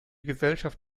gesellschaft